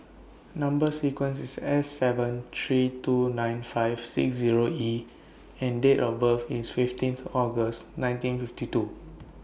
Number sequence IS S seven three two nine five six Zero E and Date of birth IS fifteenth August nineteen fifty two